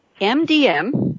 MDM